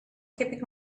keeping